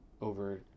over